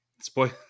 spoil